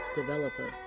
developer